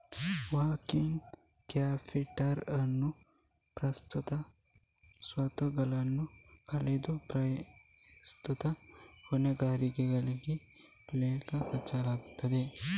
working capital ಅನ್ನು ಪ್ರಸ್ತುತ ಸ್ವತ್ತುಗಳನ್ನು ಕಳೆದು ಪ್ರಸ್ತುತ ಹೊಣೆಗಾರಿಕೆಗಳಾಗಿ ಲೆಕ್ಕ ಹಾಕಲಾಗುತ್ತದೆ